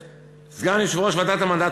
סגן יושב-ראש ועדת המנדט,